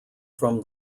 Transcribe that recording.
from